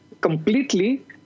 Completely